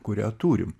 kurią turim